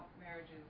marriages